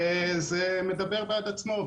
זה מדבר בעד עצמו.